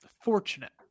fortunate